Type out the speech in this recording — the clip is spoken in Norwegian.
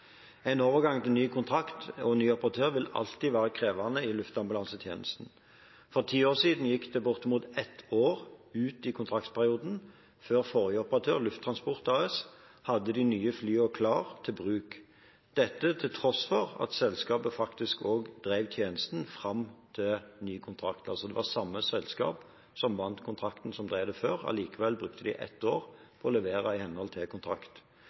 En overgang til ny kontrakt og ny operatør vil alltid være krevende i luftambulansetjenesten. For ti år siden gikk det bortimot ett år ut i kontraktsperioden før forrige operatør, Lufttransport AS, hadde de nye flyene klare til bruk – dette til tross for at selskapet faktisk også drev tjenesten fram til ny kontrakt. Det var altså det samme selskapet som vant kontrakten, som drev det før. Likevel brukte de ett år på å levere i henhold til kontrakt.